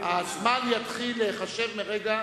הזמן יתחיל להיחשב מרגע